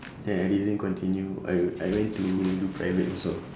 then I didn't continue I I went to do private also